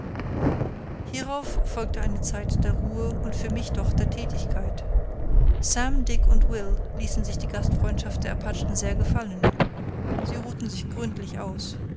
hierauf folgte eine zeit der ruhe und für mich doch der tätigkeit sam dick und will ließen sich die gastfreundschaft der apachen sehr gefallen sie ruhten sich gründlich aus